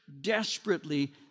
desperately